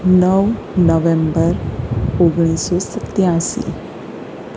નવ નવેમ્બર ઓગણીસસો સિત્યાશી